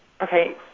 Okay